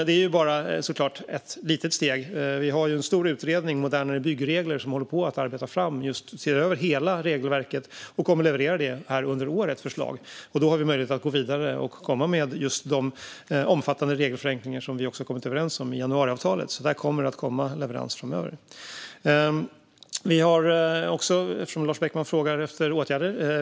Detta är dock bara ett litet steg - vi har en stor utredning om modernare byggregler som håller på att se över hela regelverket och kommer att leverera förslag under året. Då har vi möjlighet att gå vidare och komma med just de omfattande regelförenklingar vi har kommit överens om i januariavtalet. Det kommer alltså att levereras framöver. Lars Beckman frågar efter åtgärder, och vi har vidtagit åtgärder.